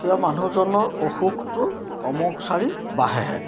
কিয় মানুহজনৰ অসুখটো কমকচাৰি বাঢ়েহে